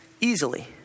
easily